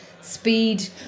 speed